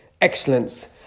excellence